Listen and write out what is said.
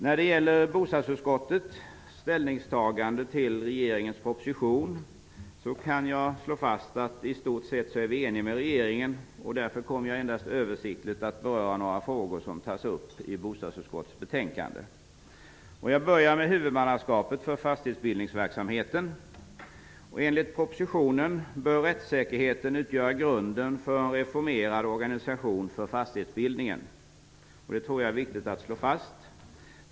När det gäller bostadsutskottets ställningstagande till regeringens proposition kan jag slå fast att vi i stort sett är eniga med regeringen, och därför kommer jag endast översiktligt att beröra några frågor som tas upp i bostadsutskottets betänkande. Jag börjar med huvudmannaskapet för fastighetsbildningsverksamheten. Enligt propositionen bör rättssäkerheten utgöra grunden för en reformerad organisation för fastighetsbildningen. Det tror jag är viktigt att slå fast.